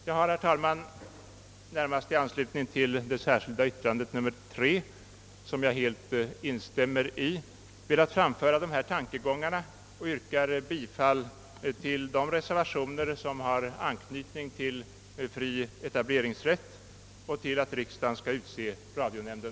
Jag har, herr talman, närmast i anslutning till det särskilda yttrandet nr 3, i vilket jag helt instämmer, velat framföra dessa tankegångar och yrkar bifall till de reservationer som har anknytning till fri etableringsrätt och till att riksdagen skall utse radionämnden.